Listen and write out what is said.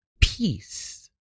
peace